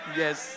yes